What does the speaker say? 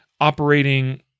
operating